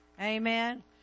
Amen